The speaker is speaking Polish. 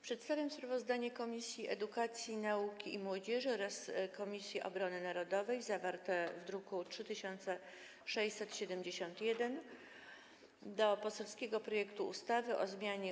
Przedstawiam sprawozdanie Komisji Edukacji, Nauki i Młodzieży oraz Komisji Obrony Narodowej zawarte w druku nr 3671, dotyczące poselskiego projektu ustawy o zmianie